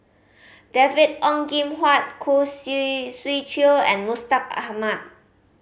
David Ong Kim Huat Khoo Swee Chiow and Mustaq Ahmad